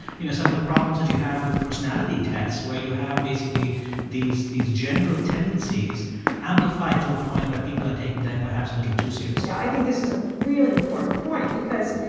you know, some of the problems that you have with personality tests, where you have basically these these general tendencies amplified to a point where people are taking them perhaps a little too seriously yeah, i think this is a really important point because